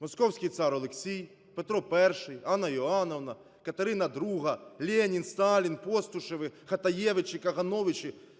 московський цар Олексій, Петро І, АннаІоанівна, Катерина ІІ, Ленін, Сталін, Постушеви, Хатаєвичі, Кагановичі.